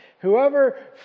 Whoever